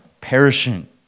perishing